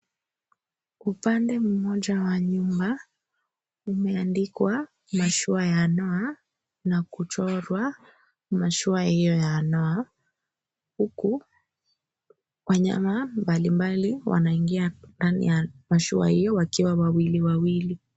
Upande mmoja wa nyumba umeandikwa mashua ya Noah na kuchorwa mashua hiyo ya Noah huku wanyama mbalimbali wanaingia hiyo mashua wakiwa wawili wawili .